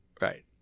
right